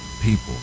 people